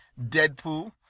Deadpool